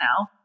now